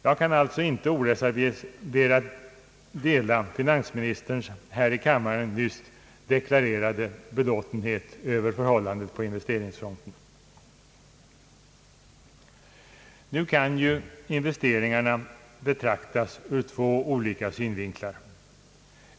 Jag kan alltså inte oreserverat dela finansministerns här i kammaren nyss deklarerade belåtenhet med förhållandena på investeringsfronten. Nu kan ju investeringarna betraktas ur två olika synvinklar.